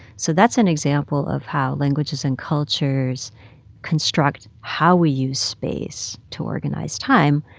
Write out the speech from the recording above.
so that's an example of how languages and cultures construct how we use space to organize time,